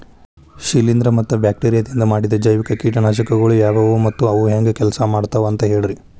ಶಿಲೇಂಧ್ರ ಮತ್ತ ಬ್ಯಾಕ್ಟೇರಿಯದಿಂದ ಮಾಡಿದ ಜೈವಿಕ ಕೇಟನಾಶಕಗೊಳ ಯಾವ್ಯಾವು ಮತ್ತ ಅವು ಹೆಂಗ್ ಕೆಲ್ಸ ಮಾಡ್ತಾವ ಅಂತ ಹೇಳ್ರಿ?